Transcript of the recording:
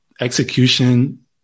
execution